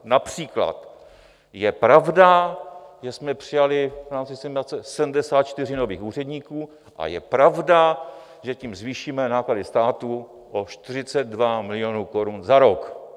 Například je pravda, že jsme přijali v rámci 74 nových úředníků a je pravda, že tím zvýšíme náklady státu o 42 milionů korun za rok.